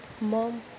Mom